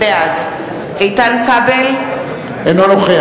בעד איתן כבל, אינו נוכח